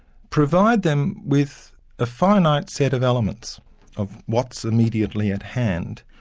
provide them with a finite set of elements of what's immediately at hand,